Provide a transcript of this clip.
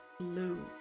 blue